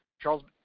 Charles